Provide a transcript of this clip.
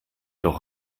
doch